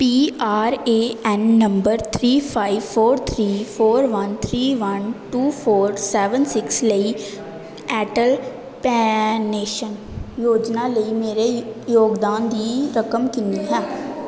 P R A N number three five four three four one three one two four seven six ਲਈ Atal pension ਯੋਜਨਾ ਵਿੱਚ ਮੇਰੇ ਯੋਗਦਾਨ ਦੀ ਰਕਮ ਕਿੰਨੀ ਹੈ